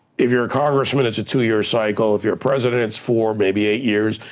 if you're a congressman, it's a two-year cycle. if you're a president, it's four, maybe eight years.